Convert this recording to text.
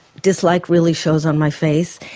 dislike really shows on my face.